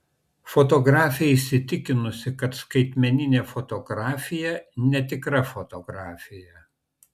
fotografė įsitikinusi kad skaitmeninė fotografija netikra fotografija